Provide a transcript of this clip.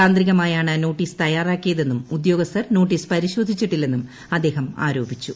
യാന്ത്രികമായാണ് notice തയ്യാറാക്കിയതെന്നും ഉദ്യോഗസ്ഥർ notice പരിശോധിച്ചിട്ടില്ലെന്നും അദ്ദേഹം ആരോപിച്ചു